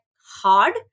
hard